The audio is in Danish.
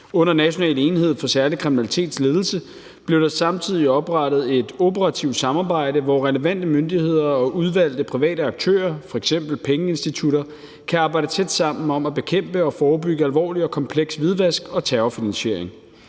Under National enhed for Særlig Kriminalitets ledelse blev der samtidig oprettet et operativt samarbejde, hvor relevante myndigheder og udvalgte private aktører, f.eks. pengeinstitutter, kan arbejde tæt sammen om at bekæmpe og forebygge alvorlig og kompleks hvidvask og terrorfinansiering.